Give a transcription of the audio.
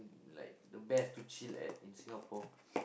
like the best to chill at in Singapore